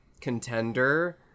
contender